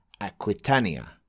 Aquitania